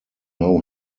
now